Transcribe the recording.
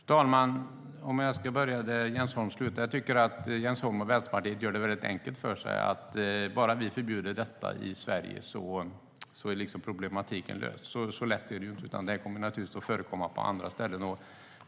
Fru talman! Jag kan börja där Jens Holm slutade. Jag tycker att Jens Holm och Vänsterpartiet gör det väldigt enkelt för sig när de anser att problematiken är löst bara vi förbjuder detta i Sverige. Så lätt är det inte. Det kommer naturligtvis att förekomma på andra ställen.